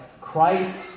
Christ